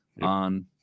on